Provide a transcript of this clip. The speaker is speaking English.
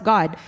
God